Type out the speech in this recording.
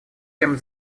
чем